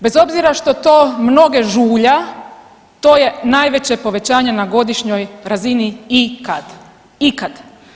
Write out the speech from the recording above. Bez obzira što to mnoge žulja to je najveće povećanje na godišnjoj razini ikad, ikad.